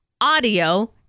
audio